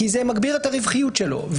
כי זה מגביר את הרווחיות שלו.